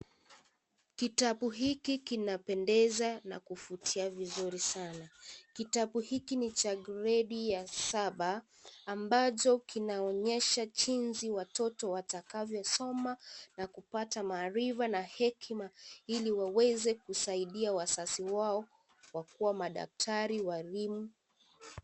Kitabu hiki, kinapendeza na kuvutia vizuri sana. Kitabu hiki ni cha gredi ya saba, ambacho kinaonyesha jinsi watoto watakavyosoma na kupata maarifa na hekima, ili waweze kusaidia wazazi wao, kwa kuwa, madaktari, walimu.